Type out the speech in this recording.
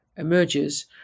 Emerges